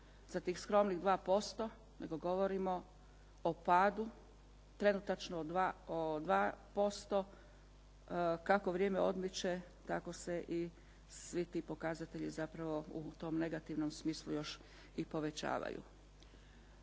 za tih skromnih 2%, nego govorimo o padu trenutačno o 2%. Kako vrijeme odmiče tako se i svi ti pokazatelji zapravo u tom negativnom smislu još i povećavaju.